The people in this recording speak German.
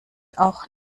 auch